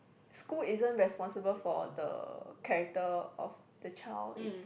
school isn't responsible for the character of the child it's